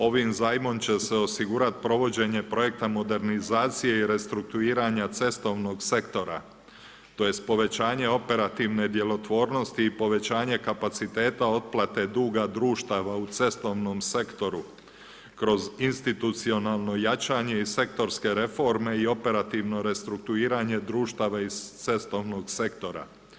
Ovim zajmom će se osigurati provođenje projekta „Modernizacije i restrukturiranja cestovnog sektora“ tj. povećanje operativne djelotvornosti i povećanje kapaciteta otplate duga društava u cestovnom sektoru kroz institucionalno jačanje i sektorske reforme i operativno restrukturiranje društava iz cestovnog sektora.